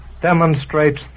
demonstrates